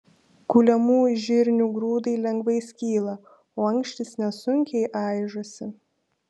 kuliamų žirnių grūdai lengvai skyla o ankštys nesunkiai aižosi